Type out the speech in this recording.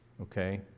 Okay